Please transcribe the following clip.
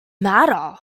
matter